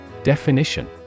Definition